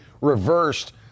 reversed